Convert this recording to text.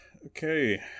Okay